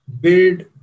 build